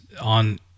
on